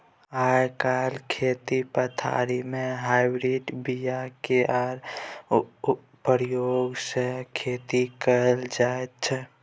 आइ काल्हि खेती पथारी मे हाइब्रिड बीया केर प्रयोग सँ खेती कएल जाइत छै